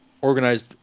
organized